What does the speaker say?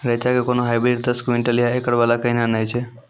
रेचा के कोनो हाइब्रिड दस क्विंटल या एकरऽ वाला कहिने नैय छै?